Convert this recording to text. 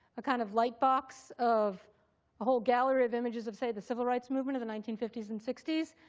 a kind of light box of a whole gallery of images of, say, the civil rights movement of the nineteen fifty s and sixty s,